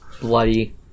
bloody